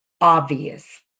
obvious